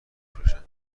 بفروشن